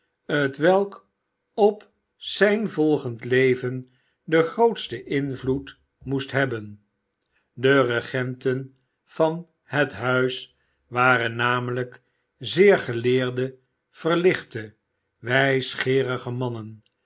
t welk op zijn volgend leven den grootsten invloed moest hebben de regenten van het huis waren namelijk zeer geleerde verlichte wijsgeerige mannen